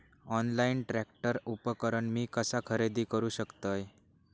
Online tractor उपकरण मी कसा खरेदी करू शकतय?